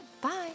Bye